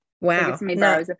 wow